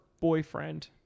boyfriend